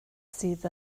sydd